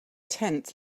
tent